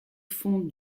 fond